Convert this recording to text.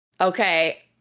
Okay